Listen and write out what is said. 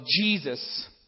Jesus